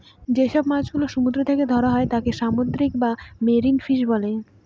যেসব মাছ গুলো সমুদ্র থেকে ধরা হয় তাদের সামুদ্রিক বা মেরিন ফিশ বলে